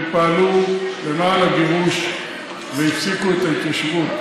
שהם פעלו למען הגירוש והפסיקו את ההתיישבות.